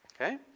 Okay